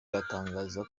batangaza